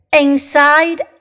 inside